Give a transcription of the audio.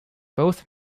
both